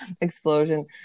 explosion